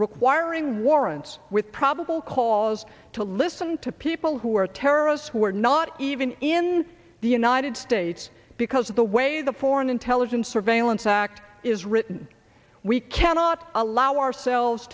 requiring warrants with probable cause to listen to people who are terrorists who are not even in the united states because of the way the foreign intelligence surveillance act is written we cannot allow ourselves